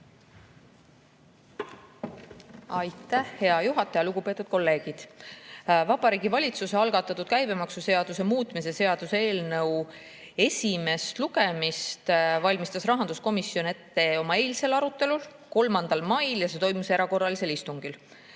Aitäh, hea juhataja! Lugupeetud kolleegid! Vabariigi Valitsuse algatatud käibemaksuseaduse muutmise seaduse eelnõu esimest lugemist valmistas rahanduskomisjon ette oma eilsel arutelul, 3. mail ja see toimus erakorralisel istungil.